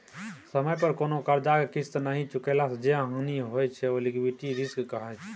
समय पर कोनो करजा केँ किस्त नहि चुकेला सँ जे हानि होइ छै से लिक्विडिटी रिस्क कहाइ छै